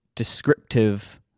descriptive